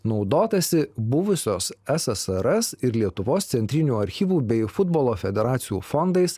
naudotasi buvusios ssrs ir lietuvos centrinių archyvų bei futbolo federacijų fondais